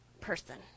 person